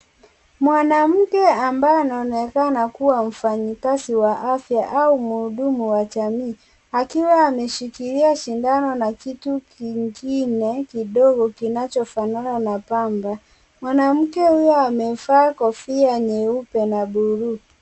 Mwanamke ambaye anaonekana kuwa mfanyikazi wa afya au mhudumu wa jamii. Akiwa ameshikilia sindano na kitu kingine kidogo kinacho fanana na pamba. Mwanamke huyo, amevaa kofia nyeupe na buluu.